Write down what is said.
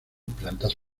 plantas